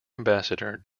ambassador